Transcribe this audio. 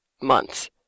months